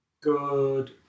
Good